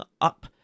up